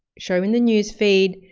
show in the newsfeed,